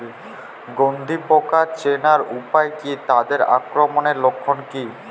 গন্ধি পোকা চেনার উপায় কী তাদের আক্রমণের লক্ষণ কী?